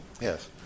Yes